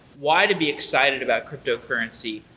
why to be excited about cryptocurrency,